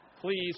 please